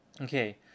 Okay